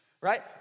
Right